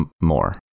more